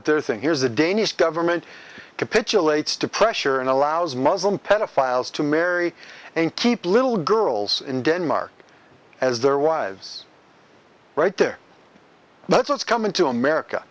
up their thing here's a danish government capitulates to pressure and allows muslim pedophiles to marry and keep little girls in denmark as their wives right there that's what's coming to america